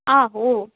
ਆਹੋ